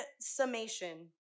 summation